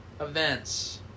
events